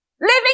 Living